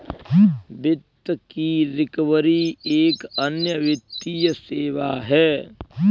वित्त की रिकवरी एक अन्य वित्तीय सेवा है